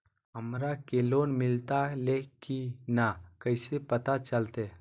हमरा के लोन मिलता ले की न कैसे पता चलते?